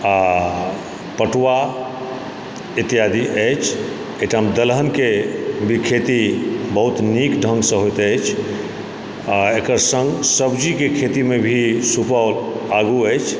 आ पटुआ इत्यादि अछि एहिठाम दलहनके भी खेती बहुत नीक ढ़ंगसँ से होयत अछि आ एकर सब्जीके खेतीमे भी सुपौल आगूँ अछि